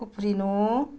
उफ्रिनु